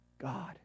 God